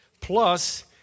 Plus